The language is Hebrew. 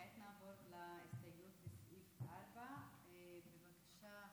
כעת נעבור להסתייגויות לסעיף 4. בבקשה,